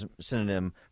synonym